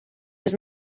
his